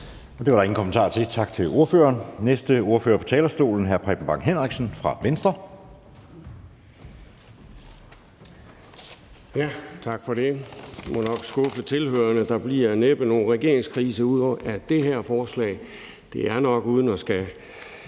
Det var der ingen kommentarer til. Tak til ordføreren. Næste ordfører på talerstolen er hr. Preben Bang Henriksen fra Venstre. Kl. 10:03 (Ordfører) Preben Bang Henriksen (V): Tak for det. Jeg må nok skuffe tilhørerne, for der bliver næppe nogen regeringskrise ud af det her forslag. Det er nok, uden at jeg